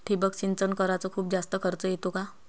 ठिबक सिंचन कराच खूप जास्त खर्च येतो का?